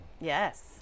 yes